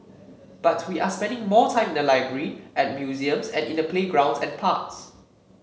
but we are spending more time in the library at museums and in the playgrounds and parks